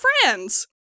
friends